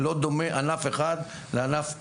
אין דומה ענף אחד למשנהו.